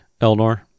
Elnor